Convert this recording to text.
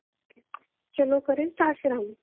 चलो करें स्टार्ट फिर हम